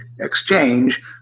exchange